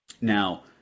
Now